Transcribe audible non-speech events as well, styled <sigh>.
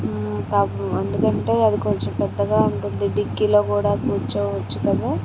<unintelligible> ఆ ఎందుకంటే అది కొంచెం పెద్దగా ఉంటుంది డిక్కీలో కూడా కూర్చోవచ్చు కదా